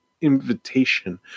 invitation